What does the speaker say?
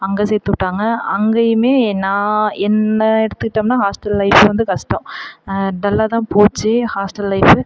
அங்கே சேர்த்து விட்டாங்க அங்கேயுமே நான் என்ன எடுத்துக்கிட்டோம்னா ஹாஸ்டல் லைஃப் வந்து கஷ்டம் டல்லாக தான் போச்சு ஹாஸ்டல் லைஃப்பு